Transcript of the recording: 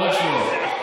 ממש לא.